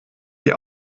die